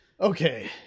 Okay